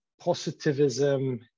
positivism